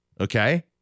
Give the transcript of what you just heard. Okay